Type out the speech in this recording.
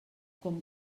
com